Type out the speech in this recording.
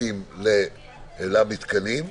שופטים למתקנים.